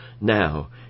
now